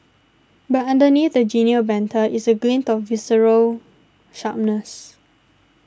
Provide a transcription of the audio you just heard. but underneath the genial banter is a glint of visceral sharpness